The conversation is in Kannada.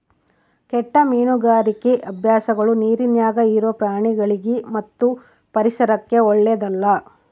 ಕೆಟ್ಟ ಮೀನುಗಾರಿಕಿ ಅಭ್ಯಾಸಗಳ ನೀರಿನ್ಯಾಗ ಇರೊ ಪ್ರಾಣಿಗಳಿಗಿ ಮತ್ತು ಪರಿಸರಕ್ಕ ಓಳ್ಳೆದಲ್ಲ